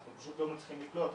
שהם לא מצליחים לקלוט.